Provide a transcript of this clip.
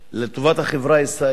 לטובת החברה הישראלית,